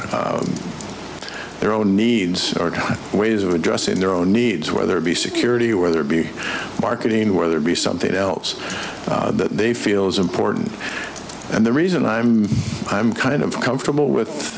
their own needs or two ways of addressing their own needs whether it be security whether it be marketing whether it be something else that they feel is in porton and the reason i'm i'm kind of comfortable